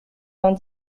vingt